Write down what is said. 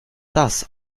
das